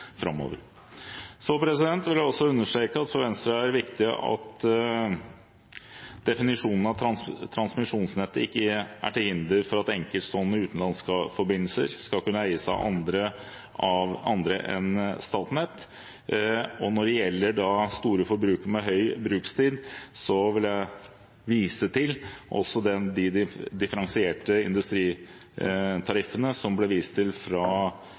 framover. Så vil jeg også understreke at for Venstre er det viktig at definisjonen av transmisjonsnettet ikke er til hinder for at enkeltstående utenlandske forbindelser skal kunne eies av andre enn Statnett. Når det gjelder store forbrukere med høy brukstid, vil jeg også vise til de differensierte industritariffene som det ble vist til fra